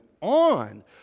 on